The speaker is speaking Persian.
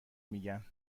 میگن